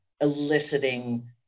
eliciting